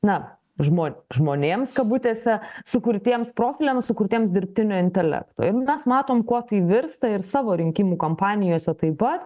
na žmo žmonėms kabutėse sukurtiems profiliams sukurtiems dirbtinio intelekto ir mes matom kuo virsta ir savo rinkimų kompanijose taip pat